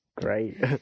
Great